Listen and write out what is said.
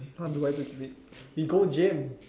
how do I keep fit we go gym